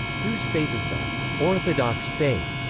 whose faith is the orthodox faith.